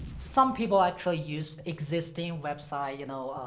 some people actually use existing website, you know,